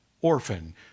orphan